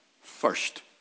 first